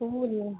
तो बोलिए